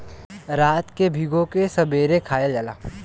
रात के भिगो के सबेरे खायल जाला